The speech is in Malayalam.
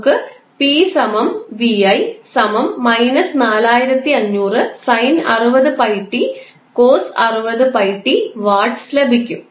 നമുക്ക് 𝑝 𝑣𝑖 −4500 sin 60𝜋𝑡 cos 60𝜋𝑡 W ലഭിക്കും